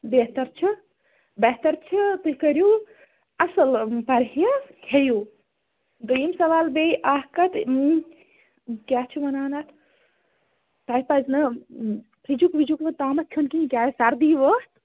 بہتر چھُ بہتر چھُ تُہۍ کٔرِو اصل پرہیٚز کھیٚیِو دیٚیِم سوال بیٚیہ اکھ کتھ کیاہ چھ وَنان اتھ تۄہہِ پَزٕ نہٕ فرجُک وجُک نہٕ تامَتھ کھیٚون کِہیٖنۍ کیاز سردی ؤژھ